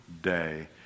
day